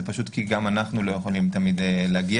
זה פשוט כי גם אנחנו לא יכולים תמיד להגיע